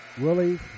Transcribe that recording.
Willie